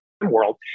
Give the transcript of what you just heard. world